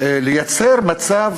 לייצר מצב